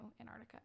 Antarctica